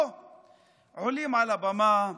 לא עולים על הבמה,